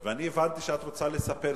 ואני הבנתי שאת רוצה לספר סיפור.